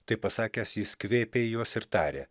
tai pasakęs jis kvėpė į juos ir tarė